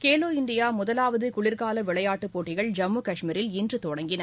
கேலோ இந்தியாமுதலாவதுகுளிர்காலவிளையாட்டுப் போட்டிகள் ஜம்மு கஷ்மீரில் இன்றுதொடங்கின